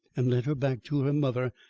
and led her back to her mother,